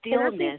stillness